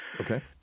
Okay